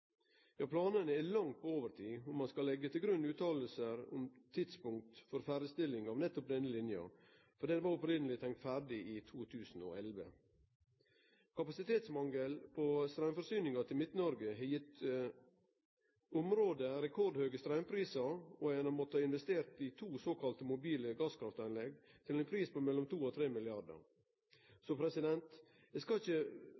Ja, planane er langt på overtid om ein skal leggje til grunn fråsegn om tidspunkt for fullføring av nettopp denne linja, for den var opphavleg tenkt ferdig i 2011. Kapasitetsmangel på straumforsyninga til Midt-Noreg har gitt området rekordhøge straumprisar og ein har mått investere i to såkalla mobile gasskraftanlegg til ein pris mellom 2 og 3 mrd. kr. Eg skal ikkje